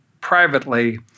privately